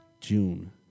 june